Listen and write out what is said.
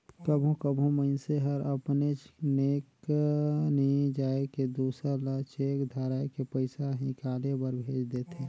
कभों कभों मइनसे हर अपनेच बेंक नी जाए के दूसर ल चेक धराए के पइसा हिंकाले बर भेज देथे